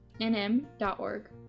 nm.org